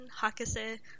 Hakase